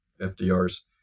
FDR's